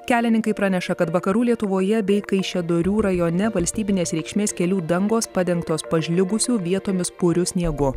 kelininkai praneša kad vakarų lietuvoje bei kaišiadorių rajone valstybinės reikšmės kelių dangos padengtos pažliugusiu vietomis puriu sniegu